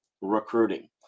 recruiting